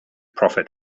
profit